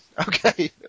Okay